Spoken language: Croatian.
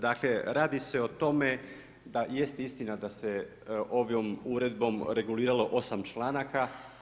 Dakle radi se o tome da jest istina da se ovom uredbom reguliralo 8 članaka.